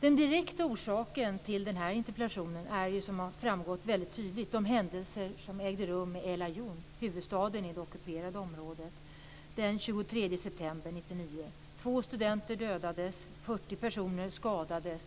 Den direkta orsaken till interpellationen är som har framgått väldigt tydligt de händelser som ägde rum i El Ayun, huvudstaden i det ockuperade området, den 23 september 1999. Två studenter dödades och 40 personer skadades.